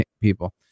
people